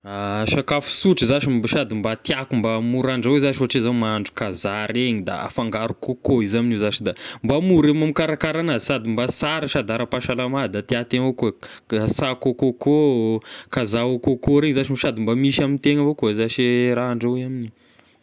Sakafo sotra zashy sady mba tiako mba mora handrahoy zashy ohatry zao mahandro kazà regny da afangaro coco izy ame io zashy, da mba mora mo mikarakara anazy sady mba sara sady aram-pahasalama da tia tegna koa, k- sako au kôkô, kazà au kôkô regny zashy sady mba misy ame tegna avao koa zashy e raha handrahoa amin'io.